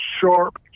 sharp